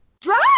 Drive